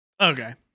Okay